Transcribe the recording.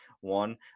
one